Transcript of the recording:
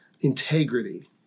integrity